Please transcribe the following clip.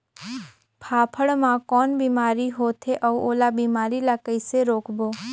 फाफण मा कौन बीमारी होथे अउ ओला बीमारी ला कइसे रोकबो?